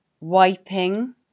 wiping